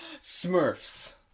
Smurfs